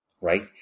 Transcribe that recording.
right